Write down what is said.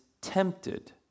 tempted